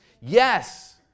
Yes